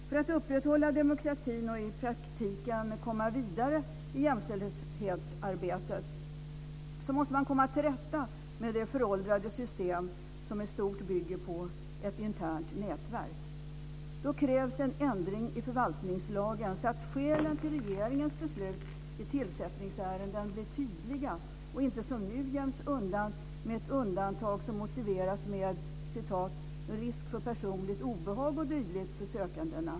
För att upprätthålla demokratin och i praktiken komma vidare i jämställdhetsarbetet måste man komma till rätta med det föråldrade system som i stort bygger på ett internt nätverk. Då krävs en ändring i förvaltningslagen, så att skälen till regeringens beslut vid tillsättningsärenden blir tydliga och inte som nu göms undan med ett undantag som motiveras med "risk för personligt obehag o.d. för sökandena".